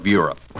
Europe